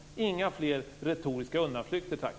Inga fler retoriska undanflykter, tack!